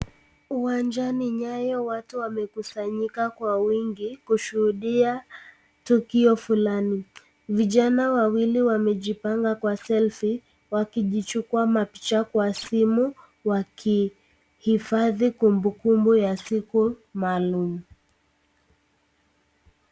Uwanjani Nyayo, watu wamekusanyika kwa wingi, kushuhudia tukio fulani. Vijana wawili wamejipanga kwa selfi wakijichukua mapicha kwa simu, wakihifadhi kumbukumbu ya siku maalumu.